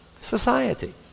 society